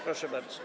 Proszę bardzo.